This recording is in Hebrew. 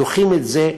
דוחים את זה,